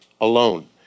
alone